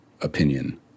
opinion